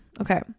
Okay